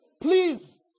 please